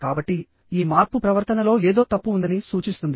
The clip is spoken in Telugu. కాబట్టి ఈ మార్పు ప్రవర్తనలో ఏదో తప్పు ఉందని సూచిస్తుంది